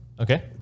Okay